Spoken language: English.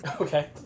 Okay